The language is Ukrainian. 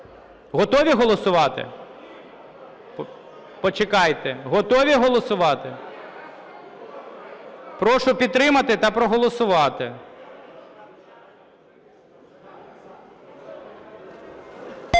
Прошу підтримати… Почекайте. Готові голосувати? Прошу підтримати та проголосувати.